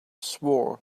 swore